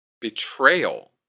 betrayal